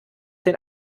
den